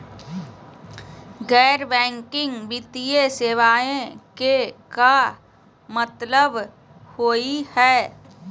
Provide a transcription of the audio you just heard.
गैर बैंकिंग वित्तीय सेवाएं के का मतलब होई हे?